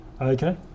Okay